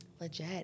Legit